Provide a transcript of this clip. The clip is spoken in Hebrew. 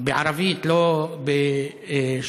בערבית, לא בשאילתות.